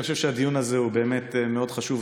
אני חושב שהדיון הזה הוא באמת מאוד חשוב,